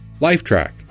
Lifetrack